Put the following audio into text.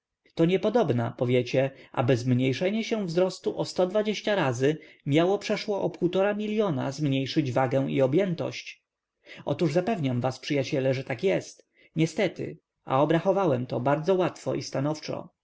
wagi to niepodobna powiecie aby zmniejszenie się wzrostu o razy miało przeszło o półtora miliona zmniejszyć wagę i objętość otóż zapewniam was przyjaciele że tak jest niestety a obrachowałem to bardzo łatwo i stanowczo